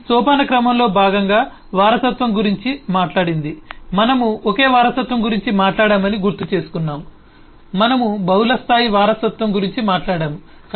ఇది సోపానక్రమంలో భాగంగా వారసత్వం గురించి మాట్లాడింది మనము ఒకే వారసత్వం గురించి మాట్లాడామని గుర్తుచేసుకున్నాము మనము బహుళస్థాయి వారసత్వం గురించి మాట్లాడాము